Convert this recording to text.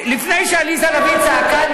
לפני שעליזה לביא צעקה,